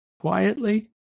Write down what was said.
Quietly